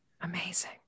Amazing